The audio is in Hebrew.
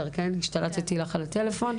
פרטים.